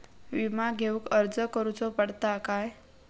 विमा घेउक अर्ज करुचो पडता काय?